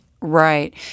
Right